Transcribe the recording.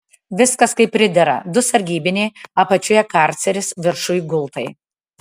viskas kaip pridera du sargybiniai apačioje karceris viršuj gultai